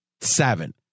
seven